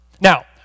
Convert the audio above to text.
Now